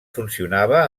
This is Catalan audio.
funcionava